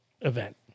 event